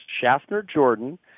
Schaffner-Jordan